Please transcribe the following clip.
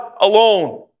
alone